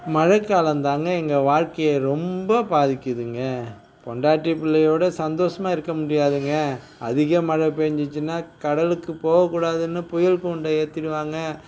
மழைக்காலந்தாங்க எங்கள் வாழ்க்கையை ரொம்ப பாதிக்கிதுங்க பொண்டாட்டி புள்ளையோடு சந்தோஷமாக இருக்க முடியாதுங்க அதிக மழை பேஞ்சுச்சின்னா கடலுக்கு போக கூடாதுன்னு புயல் கூண்டை ஏற்றிடுவாங்க